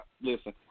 listen